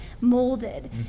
molded